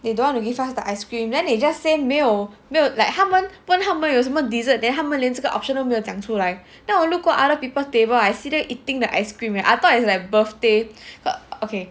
they don't want to give us the ice cream then they just say 没有没有 like 他们问他们有什么 dessert then 他们连这个 option 都没有讲出来 then look what other people table I see them eating the ice cream and I thought is like birthday but okay